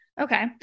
Okay